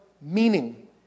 meaning